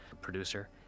producer